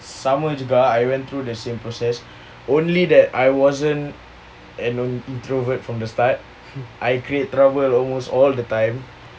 sama juga I went through the same process only that I wasn't an introvert from the start I create trouble almost all the time in secondary school